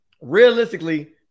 realistically